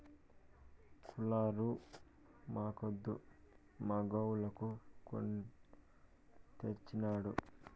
cooler మాక్కాదు మా గోవులకు కొని తెచ్చినాడు